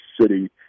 City